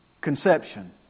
conception